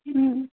ও